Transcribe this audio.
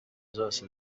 zose